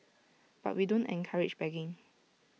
but we don't encourage begging